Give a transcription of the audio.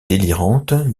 délirantes